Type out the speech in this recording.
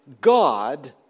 God